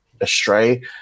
astray